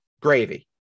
gravy